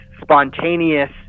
spontaneous